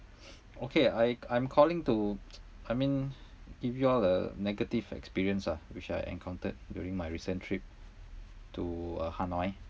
okay I I'm calling to I mean give you all a negative experience ah which I encountered during my recent trip to uh hanoi